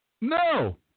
No